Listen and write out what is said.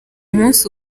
munsi